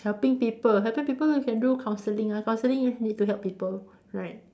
helping people helping people you can do counselling ah counselling you need to help people right